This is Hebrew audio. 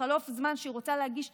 בחלוף זמן שהיא רוצה להגיש תלונה,